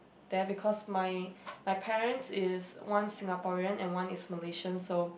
there because my my parents is one Singaporean and one is Malaysian so